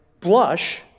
blush